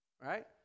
right